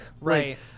Right